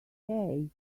hey